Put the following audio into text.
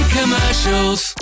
Commercials